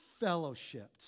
fellowshipped